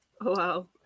Wow